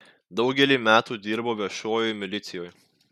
daugelį metų dirbo viešojoj milicijoj